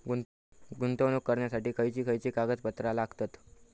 गुंतवणूक करण्यासाठी खयची खयची कागदपत्रा लागतात?